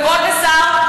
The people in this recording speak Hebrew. כבוד לשר,